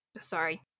sorry